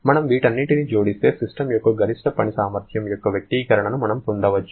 మనం వీటన్నింటిని జోడిస్తే సిస్టమ్ యొక్క గరిష్ట పని సామర్థ్యం యొక్క వ్యక్తీకరణను మనం పొందవచ్చు